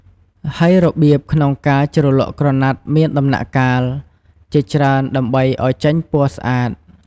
ហើយរបៀបក្នុងការជ្រលក់ក្រណាត់មានដំណាក់កាល ជាច្រើនដើម្បីអោយចេញពណ៌ស្អាត ។